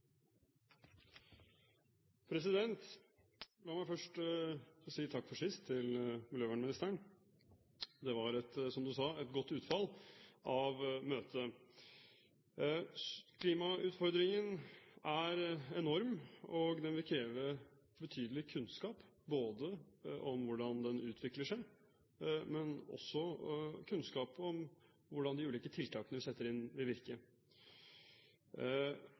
handelsregime. La meg først si takk for sist til miljøvernministeren. Det var, som han sa, et godt utfall av møtet. Klimautfordringen er enorm, og det vil kreve betydelig kunnskap om hvordan den utvikler seg, men også kunnskap om hvordan de ulike tiltakene vi setter inn, vil virke.